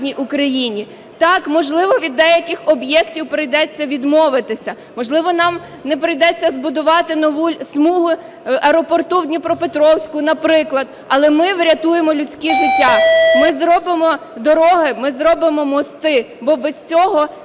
Так, можливо, від деяких об'єктів прийдеться відмовитися. Можливо, нам не прийдеться збудувати нову смугу аеропорту в Дніпропетровську, наприклад, але ми врятуємо людські життя. Ми зробимо дороги, ми зробимо мости. Бо без цього